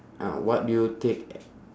uh what do you take